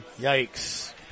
Yikes